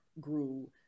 grew